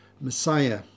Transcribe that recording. messiah